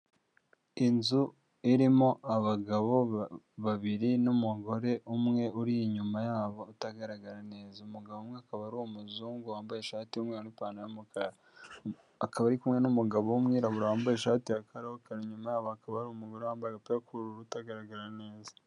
Inzu irimo abagabo babiri n'umugore umwe uri inyuma yabo utagaragara neza umugabo umwe akaba ari umuzungu wambaye ishati y'mweru n'ipantaro y'umukara akaba ari kumwe n'umugabo wu'mwirabura wambaye ishati ya karokaro inyuma akaba ari umugore wambaye agapira k'uburura utagaragara neza.